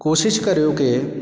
ਕੋਸ਼ਿਸ਼ ਕਰਿਓ ਕਿ